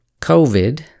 COVID